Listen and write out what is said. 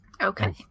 Okay